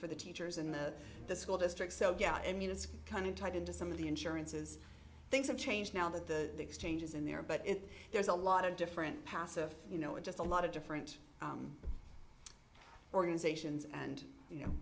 for the teachers in the school district so yeah i mean it's kind of tied in to some of the insurances things have changed now that the exchange is in there but it's there's a lot of different paths of you know it just a lot of different organizations and you know